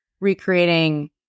recreating